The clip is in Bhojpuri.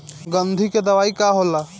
गंधी के दवाई का होला?